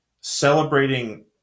celebrating